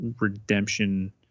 redemption